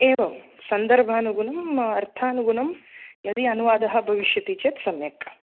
एवं सन्दर्भानुगुणम् अर्थानुगुणं यदि अनुवादः भविष्यति चेत् सम्यक्